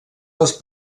les